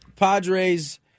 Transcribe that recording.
Padres